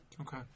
Okay